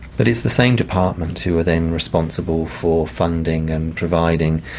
but it's the same department who are then responsible for funding and providing,